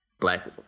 black